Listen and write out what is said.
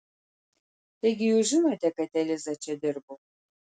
taigi jūs žinote kad eliza čia dirbo